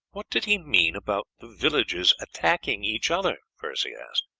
what did he mean about the villages attacking each other? percy asked.